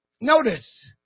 Notice